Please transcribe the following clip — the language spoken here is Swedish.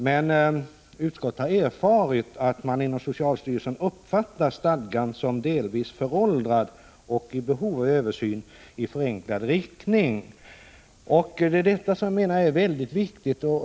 Men utskottet har erfarit att man inom socialstyrelsen uppfattar stadgan som delvis föråldrad och i behov av översyn i förenklande riktning. Detta menar jag är väldigt viktigt.